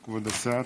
כבוד השר.